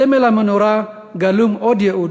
בסמל המנורה גלום עוד ייעוד,